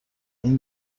این